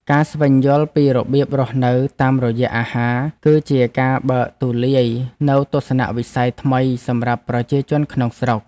ការស្វែងយល់ពីរបៀបរស់នៅតាមរយៈអាហារ គឺជាការបើកទូលាយនូវទស្សនវិស័យថ្មីសម្រាប់ប្រជាជនក្នុងស្រុក។